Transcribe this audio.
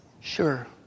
Sure